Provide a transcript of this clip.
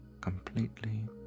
completely